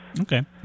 Okay